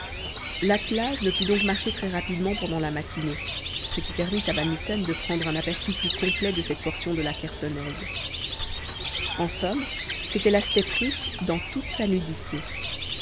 l'attelage ne put donc marcher très rapidement pendant la matinée ce qui permit à van mitten de prendre un aperçu plus complet de cette portion de la chersonèse en somme c'était la steppe russe dans toute sa nudité